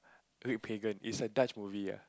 red pagan it's a dutch movie ah